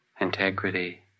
integrity